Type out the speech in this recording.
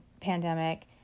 pandemic